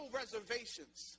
reservations